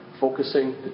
Focusing